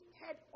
head